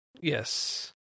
Yes